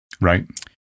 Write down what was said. Right